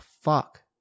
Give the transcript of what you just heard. fuck